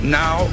now